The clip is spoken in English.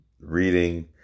reading